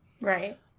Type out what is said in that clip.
Right